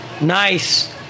Nice